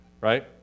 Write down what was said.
right